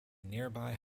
nearby